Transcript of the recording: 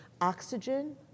oxygen